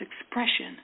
expression